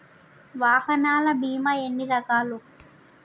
వాహనాల బీమా ఎన్ని రకాలు?